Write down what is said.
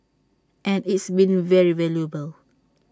and it's been very valuable